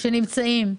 אם הם היו מגיעים.